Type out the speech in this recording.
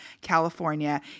California